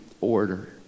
order